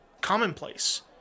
commonplace